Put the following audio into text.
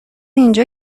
اینجا